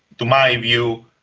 to my view,